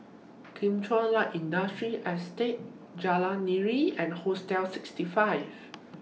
Kim Chuan Light Industrial Estate Jalan Nira and Hostel sixty five